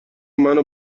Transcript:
منو